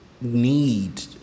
need